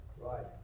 Right